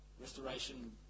restoration